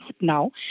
now